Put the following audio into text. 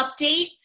update